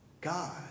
God